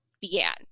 began